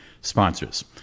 sponsors